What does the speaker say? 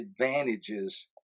advantages